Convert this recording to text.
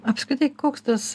apskritai koks tas